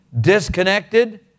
disconnected